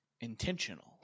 intentional